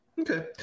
okay